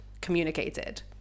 communicated